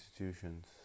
institutions